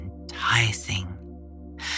enticing